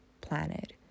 planet